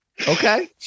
Okay